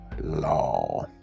Law